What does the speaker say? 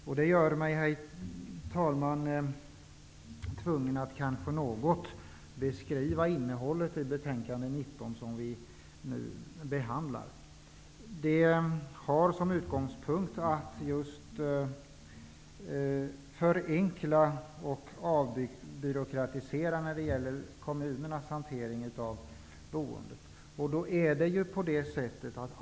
Detta gör, herr talman, att jag tvingas att något beskriva innehållet i betänkande BoU19, som vi nu behandlar. Utgångspunkten är att förenkla och avbyråkratisera kommunernas hantering av boendet.